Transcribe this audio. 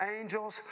angels